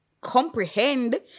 comprehend